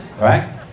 right